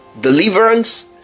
deliverance